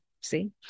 See